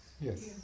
Yes